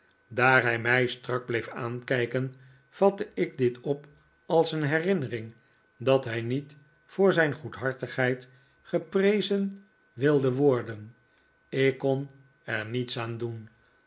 daar hij mij strak bleef aankijken vatte ik dit op als een herinnering dat hij niet voor zijn goedhartigheid geprezen wilde had zijn aangeboren aanleg voor